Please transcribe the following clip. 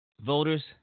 voters